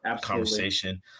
conversation